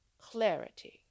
clarity